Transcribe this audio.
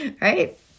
right